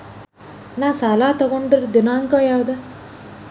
ನಾ ಸಾಲ ತಗೊಂಡು ದಿನಾಂಕ ಯಾವುದು?